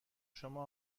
شما